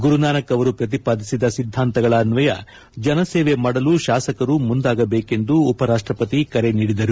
ಗುರುನಾನಕ್ ಅವರು ಪ್ರತಿಪಾದಿಸಿದ ಸಿದ್ದಾಂತಗಳ ಅನ್ವಯ ಜನಸೇವೆ ಮಾಡಲು ಶಾಸಕರು ಮುಂದಾಗಬೇಕೆಂದು ಉಪರಾಷ್ಟಪತಿ ಕರೆ ನೀಡಿದರು